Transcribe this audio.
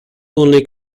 only